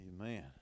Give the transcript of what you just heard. Amen